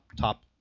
top